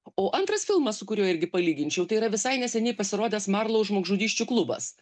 o antras filmas su kuriuo irgi palyginčiau tai yra visai neseniai pasirodęs marlou žmogžudysčių klubas